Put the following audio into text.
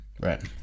Right